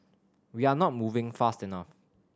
we are not moving fast enough